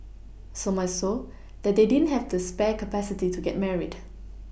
so much so that they didn't have the spare capacity to get married